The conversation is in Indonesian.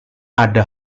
ada